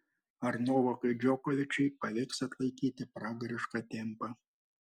ar novakui džokovičiui pavyks atlaikyti pragarišką tempą